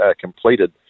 completed